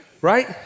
right